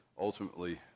ultimately